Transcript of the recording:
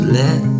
let